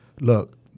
look